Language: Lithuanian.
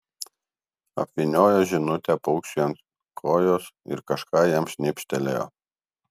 apvyniojo žinutę paukščiui ant kojos ir kažką jam šnibžtelėjo